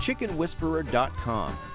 chickenwhisperer.com